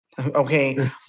Okay